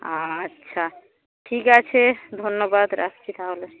আচ্ছা ঠিক আছে ধন্যবাদ রাখছি তাহলে